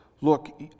look